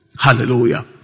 Hallelujah